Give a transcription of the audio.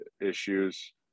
issues